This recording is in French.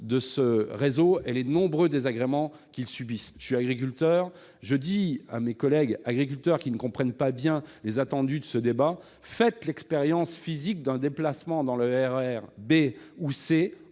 et mesure les nombreux désagréments qu'ils subissent. J'invite souvent mes collègues agriculteurs qui ne comprennent pas bien les attendus de ce débat à faire l'expérience physique d'un déplacement dans le RER B ou le